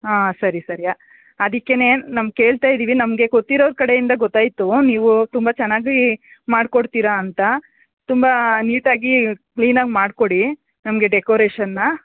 ಹಾಂ ಸರಿ ಸರಿಯಾ ಅದಿಕ್ಕೇ ನಮ್ಮ ಕೇಳ್ತಾಇದೀವಿ ನಮಗೆ ಗೊತ್ತಿರೋರ ಕಡೆಯಿಂದ ಗೊತ್ತಾಯಿತು ನೀವು ತುಂಬ ಚೆನ್ನಾಗಿ ಮಾಡಿಕೊಡ್ತೀರಾ ಅಂತ ತುಂಬ ನೀಟಾಗಿ ಕ್ಲೀನಾಗಿ ಮಾಡಿಕೊಡಿ ನಮಗೆ ಡೆಕೋರೇಶನ್ನ